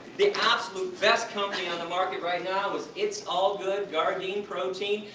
the absolute best company on the market right now, is it's all good gardein protein.